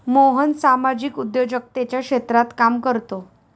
मोहन सामाजिक उद्योजकतेच्या क्षेत्रात काम करतो